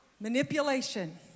Manipulation